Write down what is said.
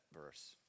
verse